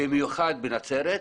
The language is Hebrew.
במיוחד בנצרת.